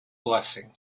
blessing